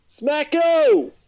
Smacko